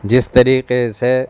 جس طریقے سے